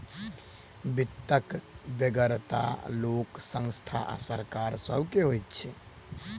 वित्तक बेगरता लोक, संस्था आ सरकार सभ के होइत छै